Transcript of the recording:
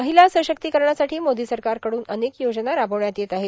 महिला सशक्ती करणासाठी मोदी सरकारकडून अनेक योजना राबविण्यात येत आहेत